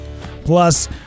Plus